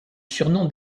surnom